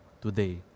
today